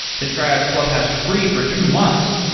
to try out clubhouse free for two months,